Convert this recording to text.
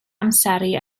amseru